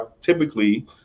typically